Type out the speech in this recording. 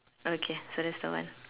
okay so that's the one